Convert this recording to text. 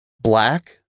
Black